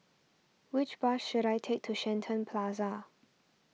which bus should I take to Shenton Plaza